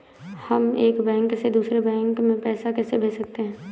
हम एक बैंक से दूसरे बैंक में पैसे कैसे भेज सकते हैं?